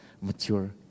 mature